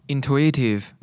Intuitive